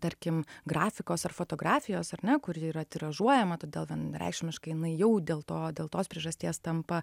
tarkim grafikos ar fotografijos ar ne kuri yra tiražuojama todėl vienareikšmiškai jinai jau dėl to dėl tos priežasties tampa